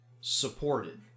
supported